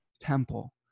temple